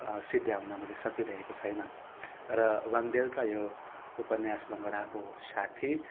सिद्ध्याउन मैले सकिरहेको छैन र बाङ्देलका यो उपन्यास लङ्गडाको साथी